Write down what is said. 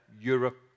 Europe